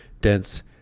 dense